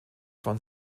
von